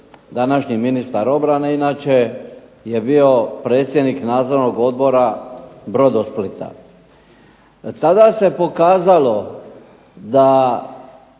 današnji ministar obrane je bio predsjednik nadzornog odbora Brodosplita, tada se pokazalo da